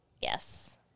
Yes